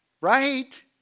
Right